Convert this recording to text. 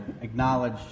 acknowledge